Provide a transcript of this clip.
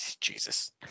Jesus